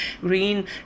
green